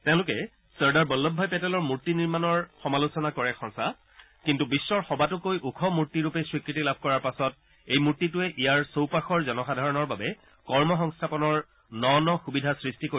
তেওঁলোকে চৰ্দাৰ বল্লভভাই পেটেলৰ মূৰ্তি নিৰ্মণৰ সমালোচনা কৰে সঁচা কিন্তু বিশ্বৰ সবাতোকৈ ওখ মূৰ্তি ৰূপে স্বীকৃতি লাভ কৰাৰ পাছত এই মূৰ্তিটোৱে ইয়াৰ চৌপাশৰ জনসাধাৰণৰ বাবে কৰ্মসংস্থাপনৰ ন ন সুবিধা সৃষ্টি কৰিব